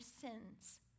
sins